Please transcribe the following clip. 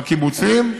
בקיבוצים?